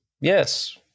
Yes